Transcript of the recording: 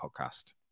podcast